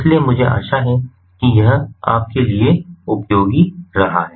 इसलिए मुझे आशा है कि यह आपके लिए उपयोगी रहा है